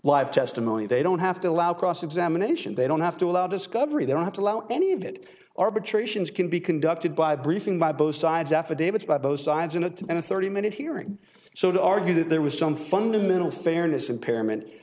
live testimony they don't have to allow cross examination they don't have to allow discovery they don't allow any of it arbitrations can be conducted by briefing by both sides affidavits by both sides in it and a thirty minute hearing so to argue that there was some fundamental fairness impairment